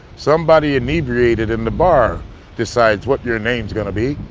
somebody inebriated in the bar decides what your name's gonna be.